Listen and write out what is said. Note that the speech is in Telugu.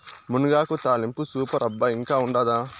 మునగాకు తాలింపు సూపర్ అబ్బా ఇంకా ఉండాదా